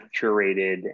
curated